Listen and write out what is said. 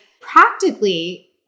practically